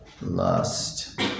lust